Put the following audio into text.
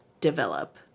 develop